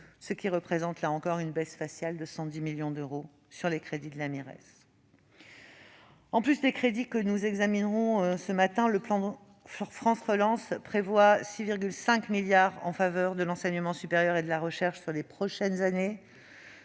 ce qui représente une baisse faciale de 110 millions d'euros des crédits de la Mires. En plus des crédits que nous examinerons ce matin, le plan France Relance prévoit 6,5 milliards d'euros en faveur de l'enseignement supérieur et de la recherche sur les prochaines années.